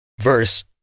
Verse